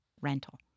rental